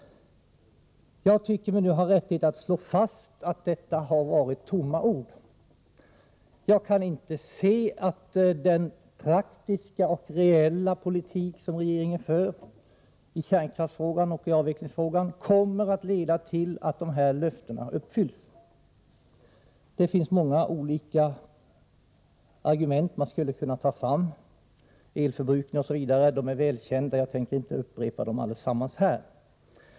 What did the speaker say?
Jag tycker mig nu ha rättighet att slå fast att löftena har varit tomma ord. 43 Jag kan inte se att den praktiska och reella politik som regeringen för i kärnkraftsfrågan och i avvecklingsfrågan kommer att leda till att dessa löften uppfylls. Man skulle kunna ta fram många olika argument, elförbrukningen t.ex. De är välkända och jag tänker inte upprepa dem här.